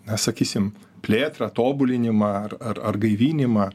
na sakysim plėtrą tobulinimą ar ar ar gaivinimą